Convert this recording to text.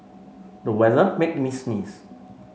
the weather made me sneeze